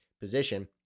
position